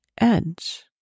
edge